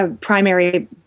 Primary